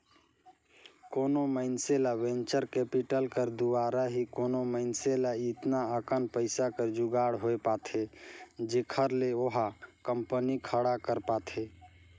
कोनो मइनसे ल वेंचर कैपिटल कर दुवारा ही कोनो मइनसे ल एतना अकन पइसा कर जुगाड़ होए पाथे जेखर ले ओहा कंपनी खड़ा कर पाथे